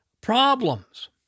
problems